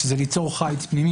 שזה ליצור חייץ פנימי,